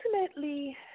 Ultimately